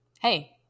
hey